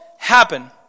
Happen